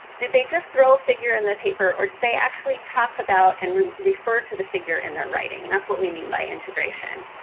did they just throw a figure in their paper or did they actually talk about and refer to the figure in their writing. and that's what we mean by integration.